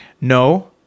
No